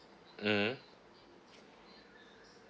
mmhmm